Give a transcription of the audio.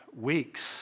weeks